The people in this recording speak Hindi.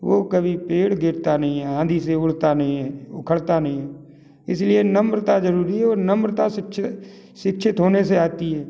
वो कभी पेड़ गिरता नहीं है आंधी से उड़ता नहीं है उखड़ता नहीं है इसीलिए नम्रता जरूरी है और नम्रता शिक्षित होने से आती है